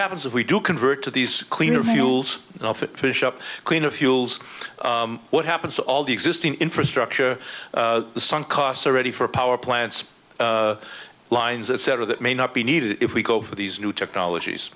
happens if we do convert to these cleaner fuels fish up cleaner fuels what happens to all the existing infrastructure the sun costs already for power plants lines etc that may not be needed if we go for these new technologies